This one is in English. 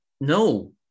No